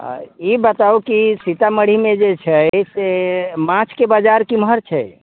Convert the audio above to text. ई बताउ कि सीतामढ़ीमे जे छै से माछके बजार केम्हर छै